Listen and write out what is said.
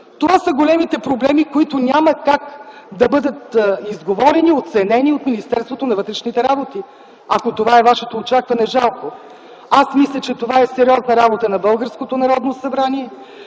Това са големите проблеми, които няма как да бъдат изговорени, оценени от Министерството на вътрешните работи. Ако това е вашето очакване – жалко! Аз мисля, че това е сериозна работа на